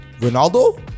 Ronaldo